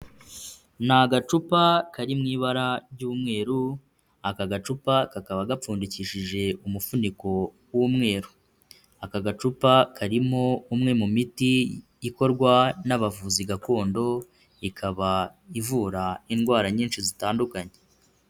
Ni agacupa kari mu ibara ry'umweru, aka gacupa kakaba gapfundikishije umufuniko w'umweru, aka gacupa karimo umwe mu miti ikorwa n'abavuzi gakondo, ikaba ivura indwara nyinshi zitandukanye.